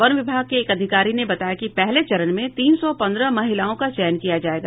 one विभाग के एक अधिकारी ने बताया कि पहले चरण में तीन सौ पन्द्रह महिलाओं का चयन किया जायेगा